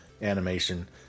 Animation